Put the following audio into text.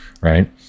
right